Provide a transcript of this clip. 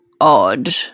odd